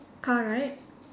car right